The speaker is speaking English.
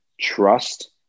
trust